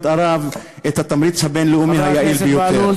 ערב את התמריץ הבין-לאומי היעיל ביותר.